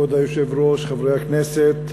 כבוד היושב-ראש, חברי הכנסת,